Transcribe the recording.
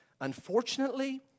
Unfortunately